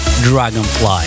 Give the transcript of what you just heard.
Dragonfly